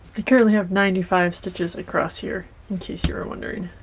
i currently have ninety five stitches across here in case you're wondering.